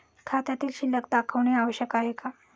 खात्यातील शिल्लक दाखवणे आवश्यक आहे का?